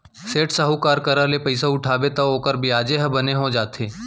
सेठ, साहूकार करा ले पइसा उठाबे तौ ओकर बियाजे ह बने हो जाथे